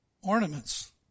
ornaments